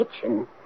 kitchen